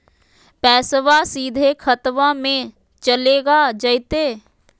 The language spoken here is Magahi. पैसाबा सीधे खतबा मे चलेगा जयते?